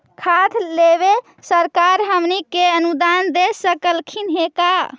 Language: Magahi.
खाद लेबे सरकार हमनी के अनुदान दे सकखिन हे का?